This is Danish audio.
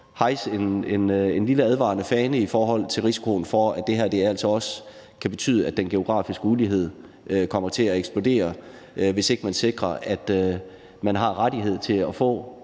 hejse en lille advarende fane i forhold til risikoen for, at det her er altså også kan betyde, at den geografiske ulighed kommer til at eksplodere, hvis ikke det sikres, at man har ret til at få